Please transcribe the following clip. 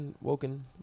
Woken